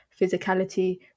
physicality